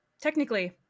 Technically